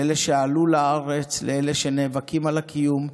לאלה שעלו לארץ, לאלה שנאבקים על הקיום,